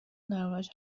دربارش